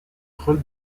rôle